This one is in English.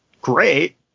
great